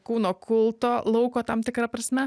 kūno kulto lauko tam tikra prasme